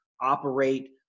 operate